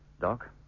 Doc